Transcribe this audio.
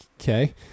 Okay